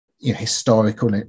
historical